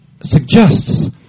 suggests